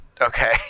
Okay